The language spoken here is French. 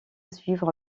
suivre